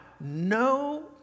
no